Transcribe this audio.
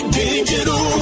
digital